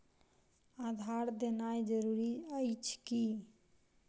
आधार देनाय जरूरी अछि की?